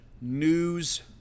news